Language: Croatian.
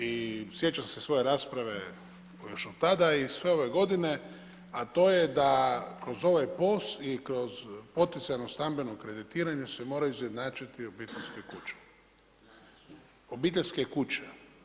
I sjećam se svoje rasprave još od tada i sve ove godine a to je da kroz ovaj POS i kroz poticajno stambeno kreditiranje se mora izjednačiti obiteljske kuće, obiteljska kuća.